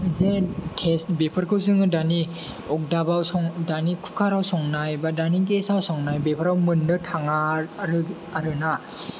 जे थेस्त बेफोरखौ जोङो दानि अग्दाबाव सं दानि कुकाराव संनाय बा दानि गेसाव संनाय बेफोराव मोन्नो थाङा आरो आरोना